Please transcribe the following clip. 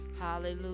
Hallelujah